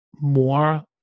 more